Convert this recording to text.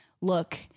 look